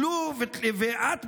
טלו, ואת במיוחד,